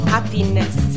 Happiness